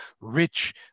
rich